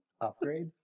Upgrade